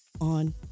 on